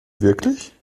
wirklich